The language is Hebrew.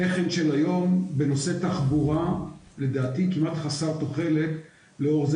--- של היום בנושא תחבורה לדעתי הוא כמעט חסר תוחלת לאור זה